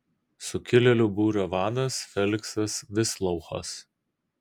sukilėlių būrio vadas feliksas vislouchas